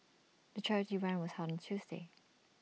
the charity run was held on Tuesday